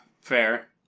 fair